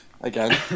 again